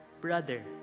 brother